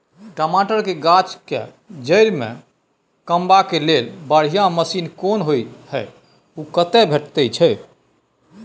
टमाटर के गाछ के जईर में कमबा के लेल बढ़िया मसीन कोन होय है उ कतय भेटय छै?